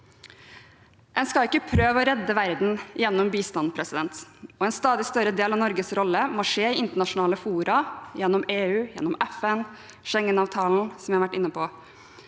En skal ikke prøve å redde verden gjennom bistand. En stadig større del av Norges rolle må skje i internasjonale fora, gjennom EU, gjennom FN, gjennom Schengenavtalen, som vi har vært inne på,